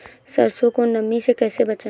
सरसो को नमी से कैसे बचाएं?